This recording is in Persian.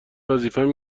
وظیفم